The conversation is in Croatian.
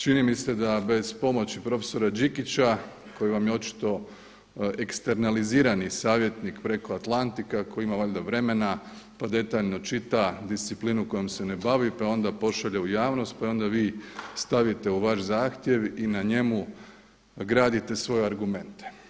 Čini mi se da bez pomoći profesora Đikića koji vam je očito eksternalizirani savjetnik preko Atlantika ako ima valjda vremena pa detaljno čita disciplinu kojom se na bavi pa je onda pošalje u javnost, pa je onda vi stavite u vaš zahtjev i na njemu gradite svoje argumente.